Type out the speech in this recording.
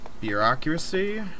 bureaucracy